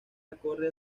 acorde